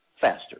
faster